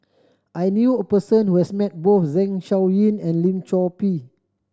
I knew a person who has met both Zeng Shouyin and Lim Chor Pee